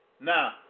Now